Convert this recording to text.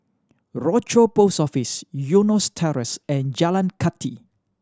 Rochor Post Office Eunos Terrace and Jalan Kathi